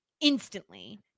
instantly